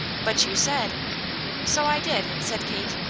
but you said so i did, said kate.